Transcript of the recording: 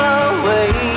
away